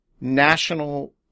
national